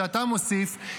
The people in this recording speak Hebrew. שאתה מוסיף,